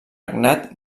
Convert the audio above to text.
regnat